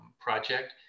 project